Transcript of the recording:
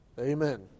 Amen